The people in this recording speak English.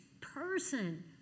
person